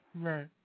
Right